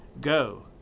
Go